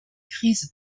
krise